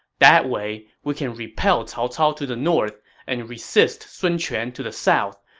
that way, we can repel cao cao to the north and resist sun quan to the south.